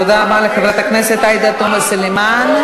תודה רבה לחברת הכנסת עאידה תומא סלימאן.